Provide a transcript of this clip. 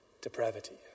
depravity